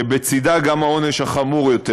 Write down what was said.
שבצדה גם העונש החמור יותר.